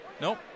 Nope